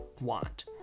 want